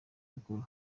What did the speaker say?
gukora